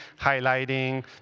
highlighting